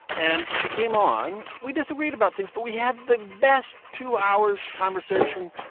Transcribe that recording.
and she came on. we disagreed about things, but we had the best two hours conversation.